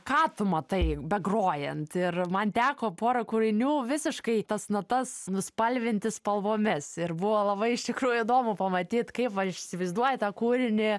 ką tu matai begrojant ir man teko pora kūrinių visiškai tas natas nuspalvinti spalvomis ir buvo labai iš tikrųjų įdomu pamatyt kaip aš įsivaizduoju tą kūrinį